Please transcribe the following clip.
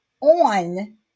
on